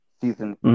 season